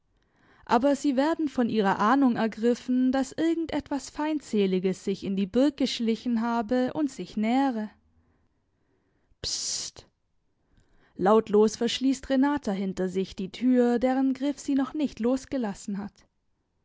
aber sie werden von ihrer ahnung ergriffen daß irgend etwas feindseliges sich in die burg geschlichen habe und sich nähere pst lautlos verschließt renata hinter sich die tür deren griff sie noch nicht losgelassen hat